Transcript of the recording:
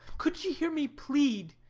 could she hear me plead,